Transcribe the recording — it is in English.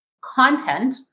content